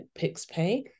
PixPay